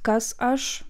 kas aš